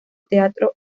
teatro